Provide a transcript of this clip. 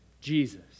Jesus